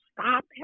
stop